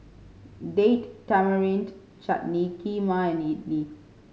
Date Tamarind Chutney Kheema and Idili